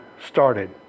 started